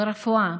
ברפואה,